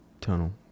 tunnel